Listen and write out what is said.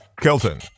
Kelton